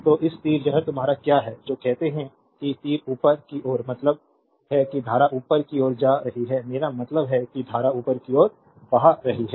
तो इस तीर यह तुम्हारा क्या है जो कहते हैं कि तीर ऊपर की ओर मतलब है कि धारा ऊपर की ओर जा रही है मेरा मतलब है कि धारा ऊपर की ओर बह रही है